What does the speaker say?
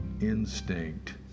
instinct